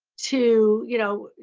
to, you know,